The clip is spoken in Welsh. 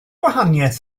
gwahaniaeth